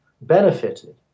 benefited